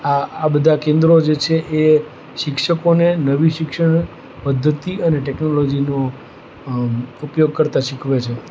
આ બધાં કેન્દ્રો જે છે એ શિક્ષકોને નવી શિક્ષણ પદ્ધતિ અને ટેકનોલોજીનો ઉપયોગ કરતાં શીખવે છે